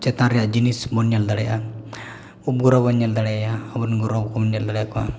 ᱪᱮᱛᱟᱱ ᱨᱮᱭᱟᱜ ᱡᱤᱱᱤᱥ ᱵᱚᱱ ᱧᱮᱞ ᱫᱟᱲᱮᱭᱟᱜᱼᱟ ᱩᱯᱼᱜᱨᱚᱦᱚ ᱦᱚᱸ ᱵᱚᱱ ᱧᱮᱞ ᱫᱟᱲᱮᱭᱟᱭᱟ ᱟᱵᱚᱨᱮᱱ ᱜᱨᱚᱦᱚ ᱠᱚᱵᱚᱱ ᱧᱮᱞ ᱫᱟᱲᱮᱭ ᱟᱠᱚᱣᱟ